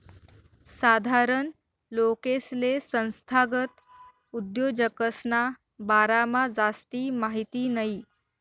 साधारण लोकेसले संस्थागत उद्योजकसना बारामा जास्ती माहिती नयी